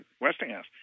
Westinghouse